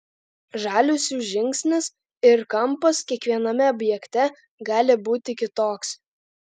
žaliuzių žingsnis ir kampas kiekviename objekte gali būti kitoks